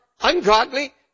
ungodly